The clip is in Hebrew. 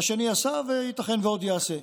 והשני עשה, וייתכן ועוד יעשה.